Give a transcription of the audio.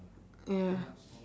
ya